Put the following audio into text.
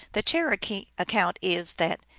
the cherokee account is that,